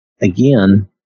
Again